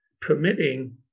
permitting